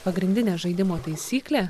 pagrindinė žaidimo taisyklė